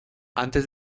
antes